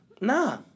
Nah